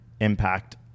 impact